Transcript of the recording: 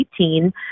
18